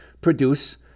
produce